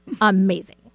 amazing